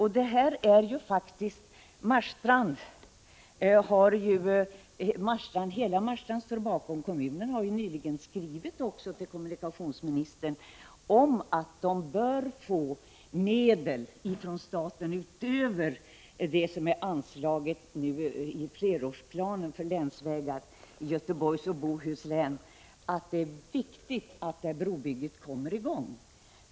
Hela Kungälvs kommun står bakom förslaget — kommunen har ju också nyligen skrivit till kommunikationsministern och begärt medel från staten utöver vad som är anslaget i flerårsplanen för länsvägar i Göteborgs och Bohuslän därför att det viktigt att brobygget kommer i gång.